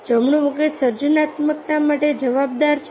જમણું મગજ સર્જનાત્મકતા માટે જવાબદાર છે